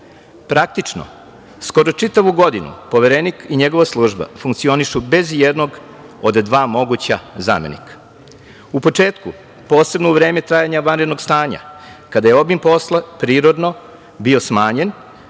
mandat. Praktično, skoro čitavu godinu Poverenik i njegova služba funkcionišu bez ijednog od dva moguća zamenika. U početku, posebno u vreme trajanja vanrednog stanja, kada je obim posla prirodno bio smanjen,